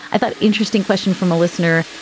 i thought, interesting question from a listener,